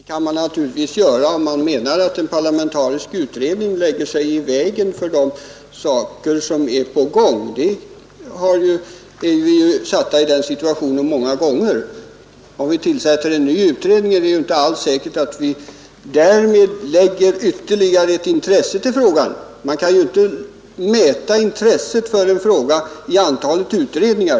Fru talman! Det kan man naturligtvis säga om man menar att en parlamentarisk utredning lägger sig i vägen för de saker som är på gång. I den situationen är vi ju satta många gånger. Om vi tillsätter en ny utredning är det inte alls säkert att vi därmed lägger något ytterligare intresse till frågan. Man kan inte mäta intresset för en fråga i antalet utredningar.